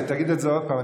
תגיד את זה עוד פעם,